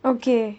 okay